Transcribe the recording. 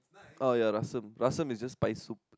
oh ya rassam is just spiced soup